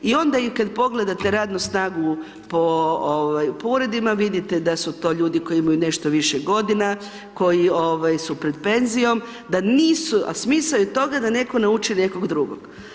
I onda i kad pogledate radnu snagu po ovaj po uredima vidite da su to ljudi koji imaju nešto više godina, koji ovaj su pred penzijom, da nisu, a smisao je toga da neko nauči nekog drugog.